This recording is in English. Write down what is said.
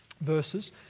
verses